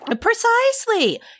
Precisely